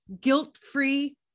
guilt-free